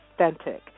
authentic